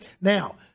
now